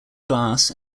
glass